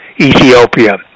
Ethiopia